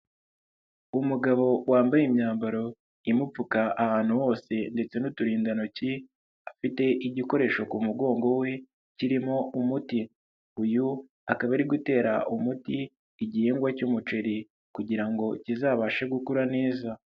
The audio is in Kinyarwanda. Umugabo wambaye imyambaro imupfuka ahantu hose ndetse n'uturindantoki, afite igikoresho ku mugongo we kirimo umuti, uyu akaba ari gutera umuti igihingwa cy'umuceri kugira ngo kizabashe gukura neza.